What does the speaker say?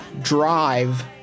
drive